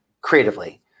creatively